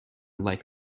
like